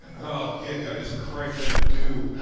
ah yeah did i just cranked that a dew?